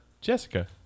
Jessica